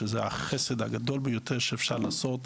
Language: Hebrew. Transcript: וזה החסד הכי גדול שאפשר לעשות.